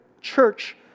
church